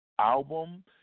album